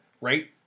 right